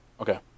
Okay